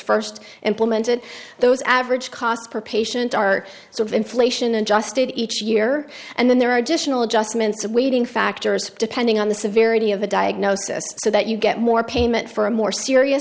first implemented those average cost per patient are so of inflation adjusted each year and then there are additional adjustments of waiting factors depending on the severity of the diagnosis so that you get more payment for a more serious